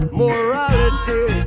morality